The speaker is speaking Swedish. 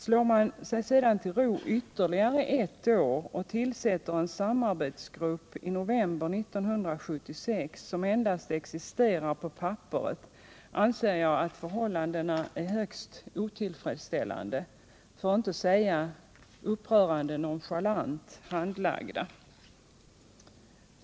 Slår man sig därefter till ro ytterligare ett år sedan man i november 1976 tillsatt en samarbetsgrupp som endast existerar på pappret, anser jag att förhållandena är högst otillfredsställande för att inte säga upprörande nonchalant handlagda.